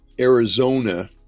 Arizona